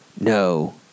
no